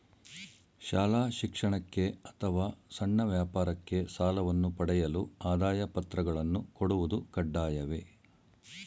ಶಾಲಾ ಶಿಕ್ಷಣಕ್ಕೆ ಅಥವಾ ಸಣ್ಣ ವ್ಯಾಪಾರಕ್ಕೆ ಸಾಲವನ್ನು ಪಡೆಯಲು ಆದಾಯ ಪತ್ರಗಳನ್ನು ಕೊಡುವುದು ಕಡ್ಡಾಯವೇ?